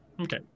Okay